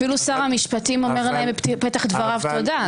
אפילו שר המשפטים אומר להם בפתח דבריו "תודה".